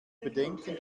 bedenken